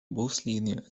buslinie